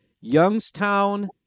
Youngstown